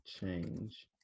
Change